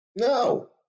No